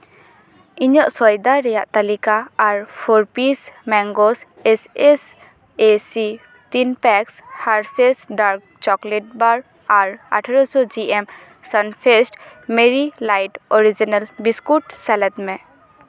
ᱤᱧᱟᱹᱜ ᱥᱚᱭᱫᱟ ᱨᱮᱭᱟᱜ ᱛᱟᱹᱞᱤᱠᱟ ᱟᱨ ᱯᱷᱳᱨ ᱯᱤᱥᱮᱥ ᱢᱮᱜᱱᱩᱥ ᱮᱥ ᱮᱥ ᱮᱥᱤ ten packs Hershey's dark chocolate bark ᱟᱨ ᱟᱴᱷᱨᱚ ᱥᱚ G M Sunfeast Marie light original biscuit ᱥᱮᱞᱮᱫ ᱢᱮ